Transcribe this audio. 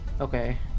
Okay